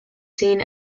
seen